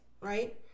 right